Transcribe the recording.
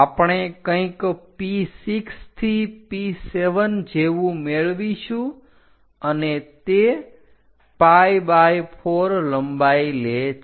આપણે કંઈક P6 થી P7 જેવુ મેળવીશું અને તે pi4 લંબાઈ લે છે